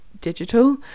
digital